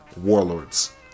warlords